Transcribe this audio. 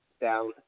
down